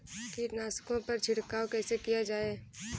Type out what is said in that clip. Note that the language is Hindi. कीटनाशकों पर छिड़काव कैसे किया जाए?